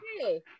hey